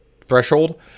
threshold